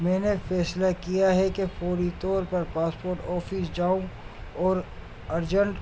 میں نے فیصلہ کیا ہے کہ فوری طور پر پاسپورٹ آفس جاؤں اور ارجنٹ